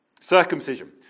Circumcision